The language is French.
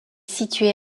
situé